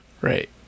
Right